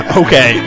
okay